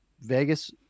Vegas